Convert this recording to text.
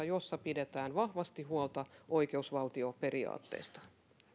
jossa pidetään vahvasti huolta oikeusvaltioperiaatteista